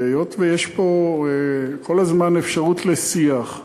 היות שיש פה כל הזמן אפשרות לשיח,